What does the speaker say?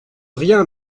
rien